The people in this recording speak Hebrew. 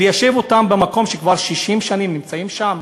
ליישב אותם במקום שכבר 60 שנים נמצאים שם,